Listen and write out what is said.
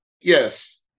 Yes